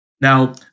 Now